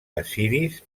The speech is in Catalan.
assiris